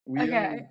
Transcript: Okay